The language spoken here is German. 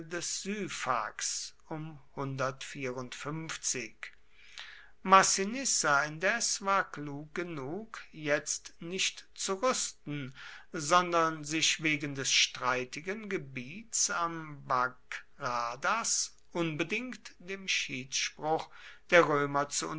des syphax massinissa indes war klug genug jetzt nicht zu rüsten sondern sich wegen des streitigen gebiets am bagradas unbedingt dem schiedsspruch der römer zu